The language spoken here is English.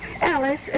Alice